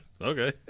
Okay